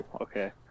Okay